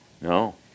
No